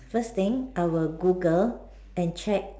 first thing I will Google and check